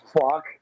fuck